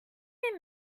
been